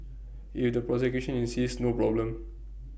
if the prosecution insists no problem